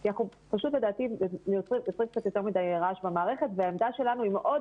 לדעתי זה יוצר יותר מדי רעש במערכת והעמדה שלנו היא מאוד